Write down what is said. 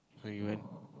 so even